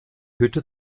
hütte